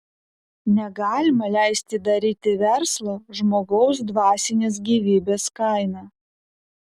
negalima leisti daryti verslo žmogaus dvasinės gyvybės kaina